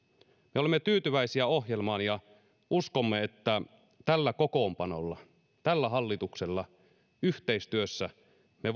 me olemme tyytyväisiä ohjelmaan ja uskomme että tällä kokoonpanolla tällä hallituksella yhteistyössä me